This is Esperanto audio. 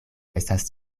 estas